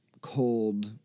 cold